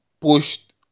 pushed